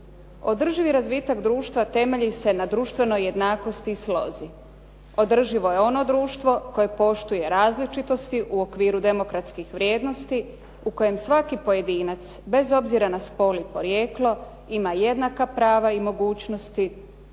Održivi razvitak društva temelji se na društvenoj jednakosti i slozi. Održivo je ono društvo koje poštuje različitosti u okviru demokratskih vrijednosti u kojem svaki pojedinac bez obzira na spol i porijeklo ima jednaka prava i mogućnosti